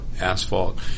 asphalt